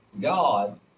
God